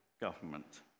government